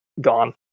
gone